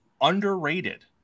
underrated